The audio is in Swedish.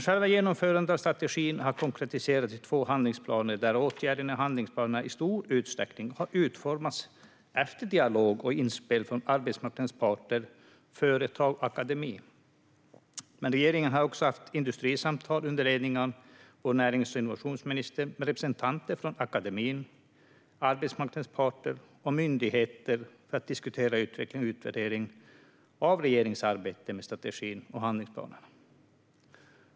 Själva genomförandet av strategin har konkretiserats i två handlingsplaner där åtgärderna i handlingsplanerna i stor utsträckning har utformats efter dialog och inspel från arbetsmarknadens parter, företag och akademin. Regeringen har också haft industrisamtal under ledning av närings och innovationsministern med representanter från akademin, arbetsmarknadens parter och myndigheter för att diskutera utveckling och utvärdering av regeringens arbete med strategin och handlingsplanerna.